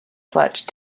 clutch